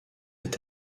est